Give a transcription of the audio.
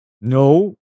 no